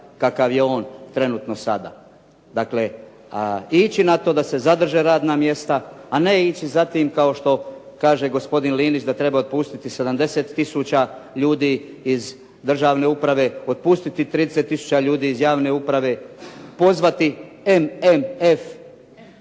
kakav je on trenutno sada. Dakle, ići na to da se zadrže radna mjesta, a ne ići za tim, kao što kaže gospodin Linić da treba otpustiti 70 tisuća ljudi iz državne uprave, otpustiti 30 tisuća ljudi iz javne uprave, pozvati MMF.